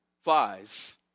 flies